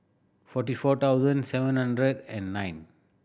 forty four thousand seven hundred and nine